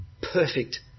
perfect